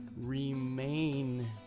remain